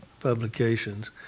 publications